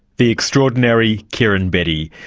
the extraordinary kiran bedi,